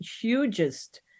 hugest